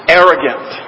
arrogant